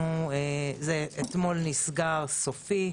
זה אתמול נסגר סופית.